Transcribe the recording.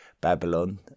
Babylon